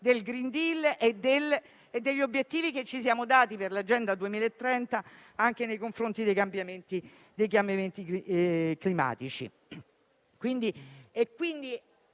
il *green new deal* e con gli obiettivi che ci siamo dati per l'agenda 2030 anche nei confronti dei cambiamenti climatici;